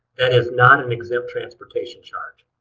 and is not an exempt transportation charge.